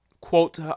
quote